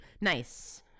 Nice